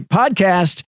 podcast